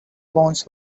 bones